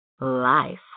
life